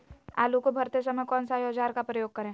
आलू को भरते समय कौन सा औजार का प्रयोग करें?